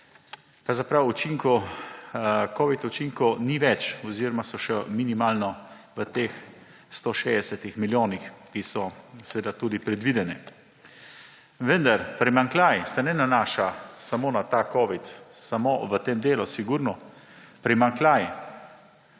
pravzaprav učinkov, covid učinkov, ni več oziroma so še minimalno v teh 160 milijonih, ki so seveda tudi predvideni. Vendar primanjkljaj se ne nanaša samo na ta covid – samo v tem delu sigurno –, primanjkljaj